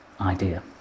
idea